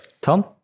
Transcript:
Tom